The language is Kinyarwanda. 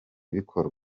bikorwa